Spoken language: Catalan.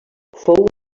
fou